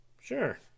Sure